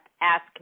ask